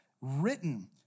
written